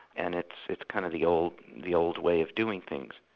and it's it's kind of the old the old way of doing things.